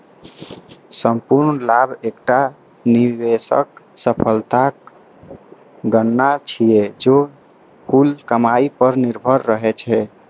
संपूर्ण लाभ एकटा निवेशक सफलताक गणना छियै, जे कुल कमाइ पर निर्भर रहै छै